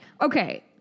Okay